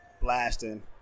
blasting